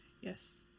Yes